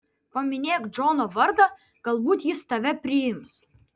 paminėk džono vardą galbūt jis tave priims